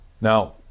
Now